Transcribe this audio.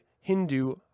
Hindu